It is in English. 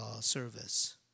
service